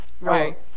Right